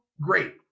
Great